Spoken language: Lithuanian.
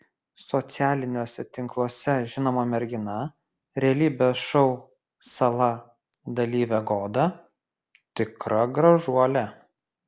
socialiniuose tinkluose žinoma mergina realybės šou sala dalyvė goda tikra gražuolė